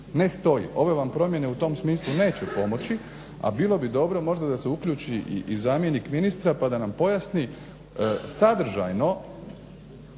ne stoji. Ove vam promjene u tom smislu neće pomoći, a bilo bi dobro možda da se uključi i zamjenik ministra pa da nam pojasni sadržajno